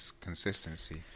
Consistency